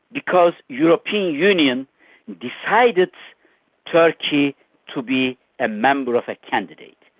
because european union decided turkey to be a member of a candidate.